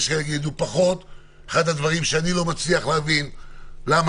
אחד הדברים שאני לא מצליח להבין הוא למה